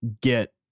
get